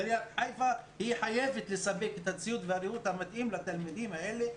עיריית חיפה חייבת לספק את הציוד והריהוט המתאימים לתלמידים האלה,